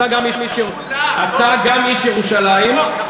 אתה גם איש ירושלים,